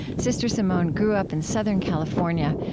sr. simone grew up in southern california,